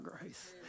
grace